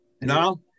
no